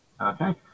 Okay